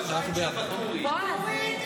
ואטורי,